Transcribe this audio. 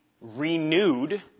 renewed